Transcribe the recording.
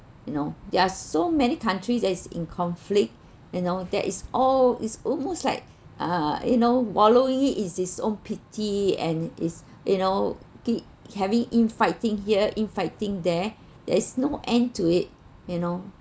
you know there are so many countries that is in conflict you know that is all it's almost like uh you know wallowing it in his own pity and is you know having infighting here infighting there is no end to it you know